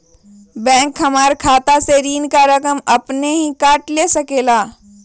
Bank हमार खाता से ऋण का रकम अपन हीं काट ले सकेला?